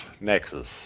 Nexus